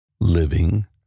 living